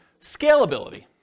Scalability